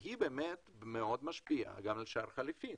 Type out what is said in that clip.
היא באמת מאוד משפיעה על שער החליפין.